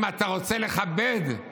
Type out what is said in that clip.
אם אתה רוצה לכבד את